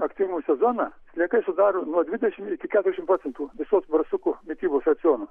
aktyvų sezoną sliekai sudaro nuo dvidešimt iki keturiasdešimt procentų visos barsukų mitybos raciono